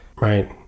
Right